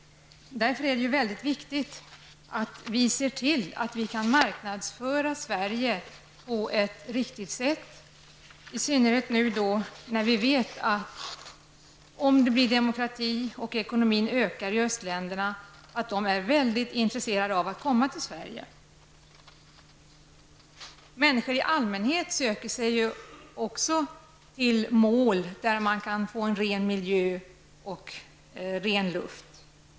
Det är därför mycket viktigt att vi ser till att vi kan marknadsföra Sverige på ett riktigt sätt. Det gäller i synnerhet när vi vet att om det blir demokrati och förstärkt ekonomi i östländerna, så är man därifrån mycket intresserad av att komma till Sverige. Människor i allmänhet söker sig också till resmål där man kan få tillgång till ren miljö och ren luft.